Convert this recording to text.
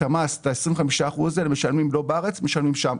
את ה-25% מס משלמים לא בארץ, משלמים שם.